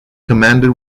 commanded